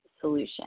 solution